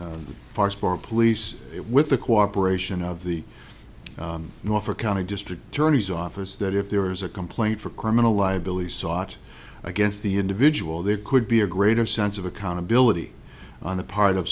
to police it with the cooperation of the norfolk county district attorney's office that if there is a complaint for criminal liability sought against the individual there could be a greater sense of accountability on the part of